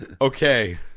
Okay